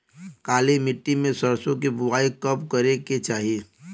काली मिट्टी में सरसों के बुआई कब करे के चाही?